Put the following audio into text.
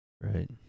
right